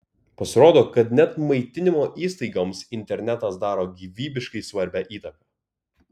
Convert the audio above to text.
pasirodo kad net maitinimo įstaigoms internetas daro gyvybiškai svarbią įtaką